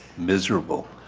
miserable.